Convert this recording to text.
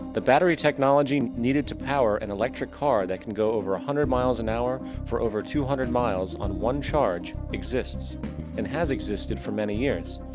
the battery technology needed to power an electric car that can go over a hundred miles an hour for over two hundred miles on one charge, exists and has existed for many years.